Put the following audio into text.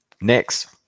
Next